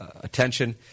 attention